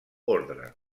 ordre